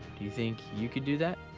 you think you could do that?